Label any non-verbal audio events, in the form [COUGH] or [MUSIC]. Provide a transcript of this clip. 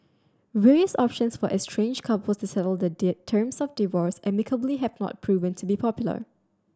various options for estranged couples to settle the [UNINTELLIGIBLE] terms of divorce amicably have not proven to be popular